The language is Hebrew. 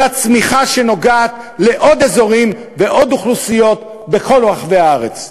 אלא צמיחה שנוגעת בעוד אזורים ועוד אוכלוסיות בכל רחבי הארץ.